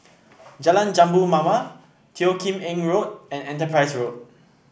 Jalan Jambu Mawar Teo Kim Eng Road and Enterprise Road